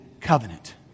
covenant